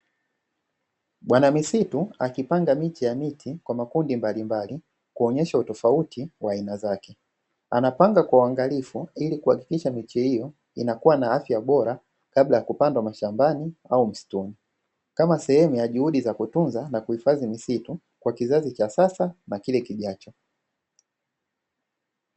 Bwana mistu akipanga miche ya miti kwa makundi mbalimbali, kuonyesha utofauti wa aina zake. Anapanga kwa uangalifu ili kuhakikisha mche hiyo inakuwa na afya bora, kabla ya kupandwa mashambani ama msituni, kama sehemu ya juhudi za kutunza na kuhifadhi misitu, kwa kizazi cha sasa na kile kijacho.